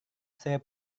saya